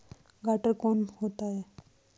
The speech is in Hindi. गारंटर कौन होता है?